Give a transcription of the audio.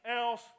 else